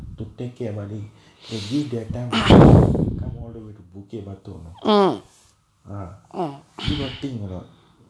to take care buddy they give their time to come you know they come all the way to oh know ah you got thing or not